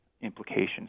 implications